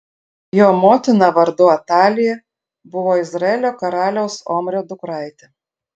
jo motina vardu atalija buvo izraelio karaliaus omrio dukraitė